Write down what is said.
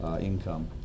Income